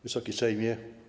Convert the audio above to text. Wysoki Sejmie!